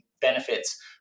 benefits